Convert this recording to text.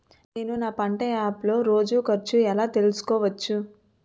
నేను నా పంట యాప్ లో రోజు ఖర్చు ఎలా తెల్సుకోవచ్చు?